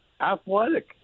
athletic